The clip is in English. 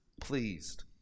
pleased